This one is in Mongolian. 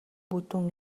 бүдүүн